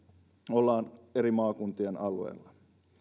ollaan eri maakuntien alueella